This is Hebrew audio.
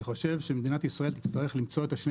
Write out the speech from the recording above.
אני חושב שמדינת ישראל תצטרך למצוא את השני